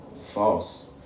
False